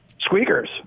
squeakers